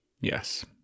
Yes